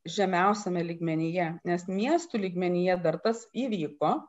žemiausiame lygmenyje nes miestų lygmenyje dar tas įvyko